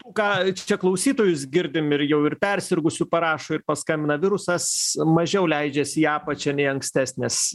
ką čia klausytojus girdim ir jau ir persirgusių parašo ir paskambina virusas mažiau leidžiasi į apačią nei ankstesnės